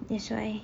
that's why